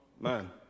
man